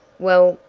well,